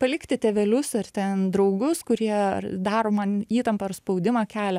palikti tėvelius ar ten draugus kurie daro man įtampą ar spaudimą kelia